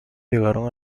llegaron